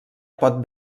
pot